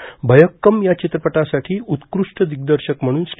भय्यक्कम या चित्रपटासाठी उत्कृष्ट दिग्दर्शक म्हणून श्री